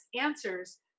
answers